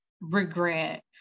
regret